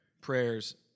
prayers